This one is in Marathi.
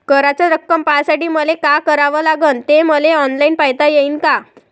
कराच रक्कम पाहासाठी मले का करावं लागन, ते मले ऑनलाईन पायता येईन का?